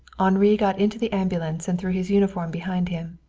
henri got into the ambulance and threw his uniform behind him.